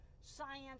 Science